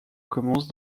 commence